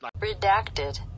Redacted